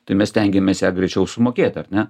tai mes stengiamės ją greičiau sumokėti ar ne